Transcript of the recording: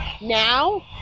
now